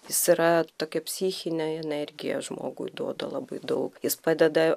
jis yra tokia psichinė energija žmogui duoda labai daug jis padeda